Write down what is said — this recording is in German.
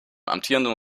amtierenden